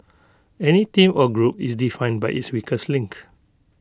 any team or group is defined by its weakest link